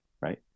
Right